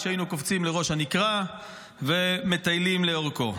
כשהיינו קופצים לראש הנקרה ומטיילים לאורכו.